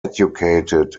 educated